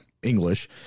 English